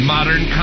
Modern